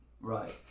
Right